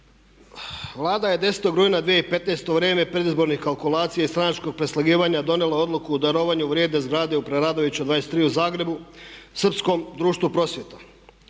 Vlada je 10.rujna 2015. u vrijeme predizbornih kalkulacija i stranačkog preslagivanja donijela Odluku o darovanju vrijedne zgrade u Preradovićevoj 23 u Zagrebu Srpskom društvu prosvjeta.